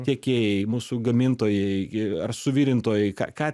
tiekėjai mūsų gamintojai ar suvirintojai ką ką